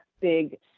big